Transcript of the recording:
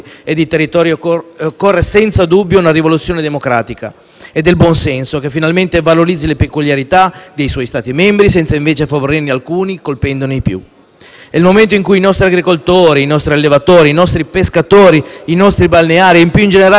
È il momento in cui i nostri agricoltori, i nostri allevatori, i nostri pescatori, i nostri balneari e, più in generale, le imprese e i lavoratori del settore agricolo e turistico alzino la voce, contribuendo a rafforzare le scelte di questo Ministero, che sono rivolte alla loro tutela e sviluppo. Concludo con